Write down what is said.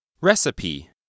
Recipe